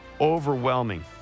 Overwhelming